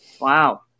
Wow